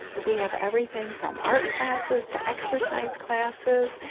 we have everything from art classes to exercise classes.